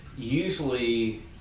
usually